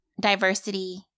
diversity